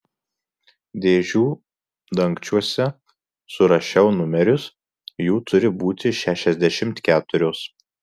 dėžių dangčiuose surašiau numerius jų turi būti šešiasdešimt keturios